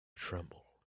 tremble